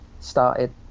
started